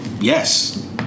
Yes